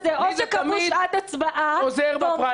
--- או קבעו שעת הצבעה ועומדים בה,